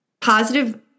positive